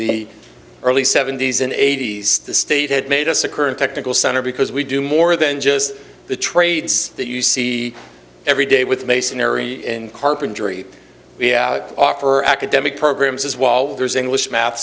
the early seventy's and eighty's the state had made us a current technical center because we do more than just the trades that you see every day with mason ery in carpentry we offer academic programs as well there's english math